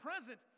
present